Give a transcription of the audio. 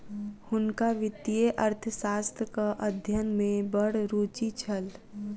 हुनका वित्तीय अर्थशास्त्रक अध्ययन में बड़ रूचि छल